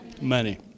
Money